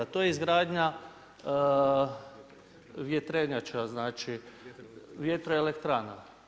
To je izgradnja vjetrenjača, znači, vjetroelektrana.